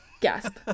gasp